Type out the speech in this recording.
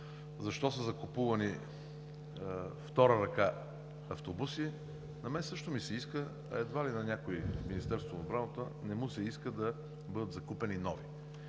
защо са закупувани втора ръка автобуси. На мен също ми се иска, а едва ли на някого в Министерството на отбраната не му се иска да бъдат закупени нови.